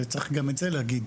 וצריך גם את זה להגיד.